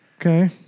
Okay